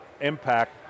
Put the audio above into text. impact